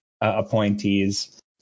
appointees